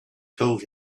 told